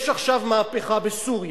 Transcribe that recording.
יש עכשיו מהפכה בסוריה.